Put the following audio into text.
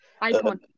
icon